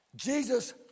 Jesus